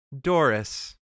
Doris